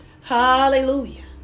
Hallelujah